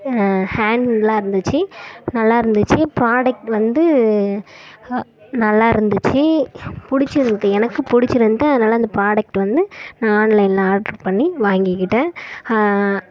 ஹேண்டுலாம் இருந்துச்சு நல்லாருந்துச்சு ப்ராடக்ட் வந்து நல்லாருந்துச்சு பிடிச்சிருக்கு எனக்கு பிடிச்சிருந்தது அதனால அந்த ப்ராடக்ட் வந்து நான் ஆன்லைனில் ஆட்ரு பண்ணி வாங்கிக்கிட்டேன்